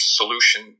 solution